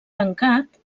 tancat